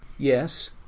Yes